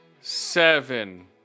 seven